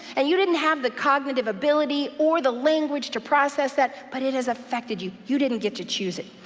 and you didn't have the cognitive ability or the language to process that, but it has affected you. you didn't get to choose it.